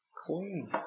clean